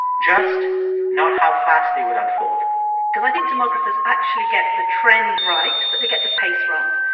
just not how fast they would unfold because i think demographers actually get the trend right, but they get the pace wrong.